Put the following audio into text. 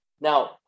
Now